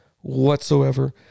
whatsoever